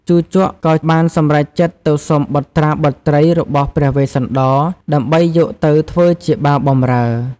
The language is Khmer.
ជូជកក៏បានសម្រេចចិត្តទៅសុំបុត្រាបុត្រីរបស់ព្រះវេស្សន្តរ ដើម្បីយកទៅធ្វើជាបាវបំរើ។